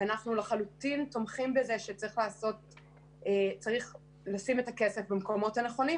ואנחנו לחלוטין תומכים בזה שצריך לשים את הכסף במקומות הנכונים,